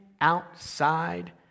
outside